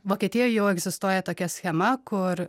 vokietijoj jau egzistuoja tokia schema kur